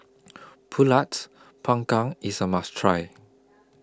Pulut Panggang IS A must Try